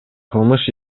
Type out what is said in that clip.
кылмыш